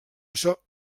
això